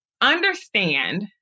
understand